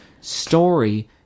story